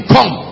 Come